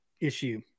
issue